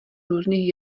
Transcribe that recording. různých